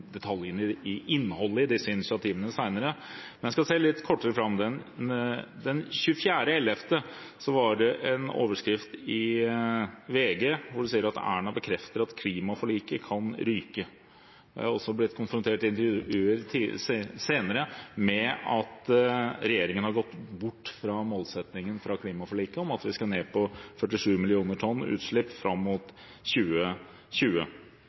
en overskrift i VG hvor det sto at «Erna bekrefter at klimaforliket kan ryke». Jeg har også blitt konfrontert i intervjuer senere med at regjeringen har gått bort fra målsettingen i klimaforliket om at vi skal ned på 47 millioner tonn utslipp fram mot 2020.